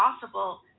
possible